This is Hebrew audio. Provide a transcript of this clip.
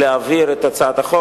להעביר את הצעת החוק